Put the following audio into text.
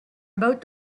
about